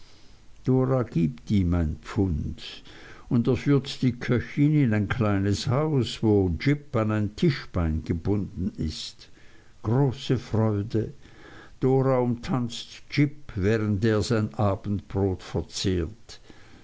dora gibt ihm ein pfund und er führt die köchin in ein kleines haus wo j an ein tischbein gebunden ist große freude dora umtanzt j während er sein abendbrot verzehrt